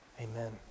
Amen